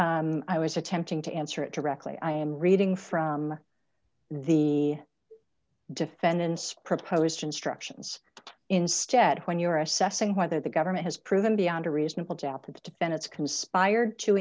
i was attempting to answer it directly i am reading from the defendant's proposed instructions instead when you're assessing whether the government has proven beyond a reasonable